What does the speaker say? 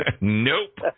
Nope